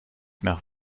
nach